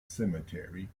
cemetery